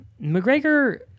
McGregor